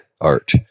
art